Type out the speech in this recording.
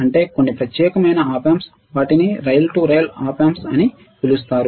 అంటే కొన్ని ప్రత్యేకమైన ఆప్ ఆంప్స్ వాటిని rail to rail op amps అని పిలుస్తారు